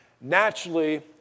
Naturally